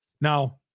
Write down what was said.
Now